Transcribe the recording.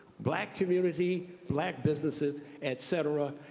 black community, black businesses, et cetera,